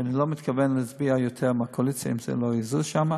שאני לא מתכוון להצביע יותר עם הקואליציה אם זה לא יזוז שם.